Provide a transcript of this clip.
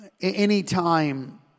Anytime